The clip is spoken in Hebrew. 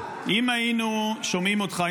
אם היינו שומעים אותך,